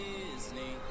Disney